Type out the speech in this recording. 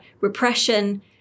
repression